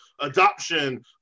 adoption